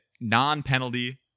non-penalty